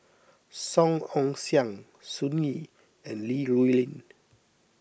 Song Ong Siang Sun Yee and Li Rulin